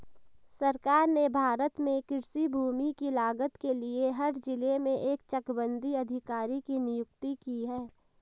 सरकार ने भारत में कृषि भूमि की लागत के लिए हर जिले में एक चकबंदी अधिकारी की नियुक्ति की है